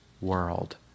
world